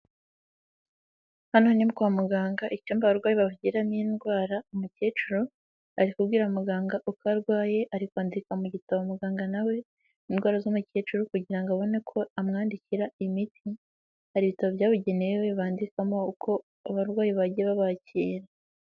Hano nibwo kwa muganga icyomba abarwayi bavugira ni indwara, umukecuru ari kubwira muganga uko arwaye, ari kwandika mu gitabo muganga nawe we indwara z'umukecuru kugira ngo abone ko amwandikira imiti, hari ibitabo byabugenewe bandikamo uko abarwayi bagiye babakira.